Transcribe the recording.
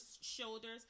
shoulders